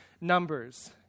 numbers